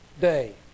day